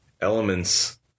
elements